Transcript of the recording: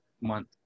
month